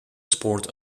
sport